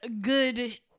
good